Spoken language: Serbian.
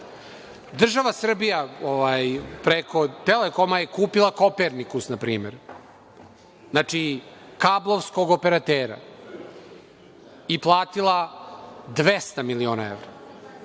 evra. Država Srbija preko „Telekoma“ je kupila „Kopernikus“ npr. - kablovskog operatera i platila 200 miliona evra,